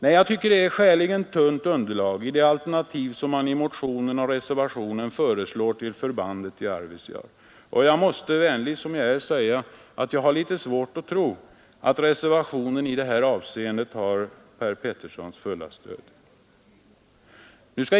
Nej, det är ett skäligen tunt underlag i det alternativ som man i motionen och reservationen föreslår till förbandet i Arvidsjaur, och jag måste — vänlig som jag är — säga att jag har litet svårt att tro att reservationen i detta avseende har Per Peterssons fulla stöd.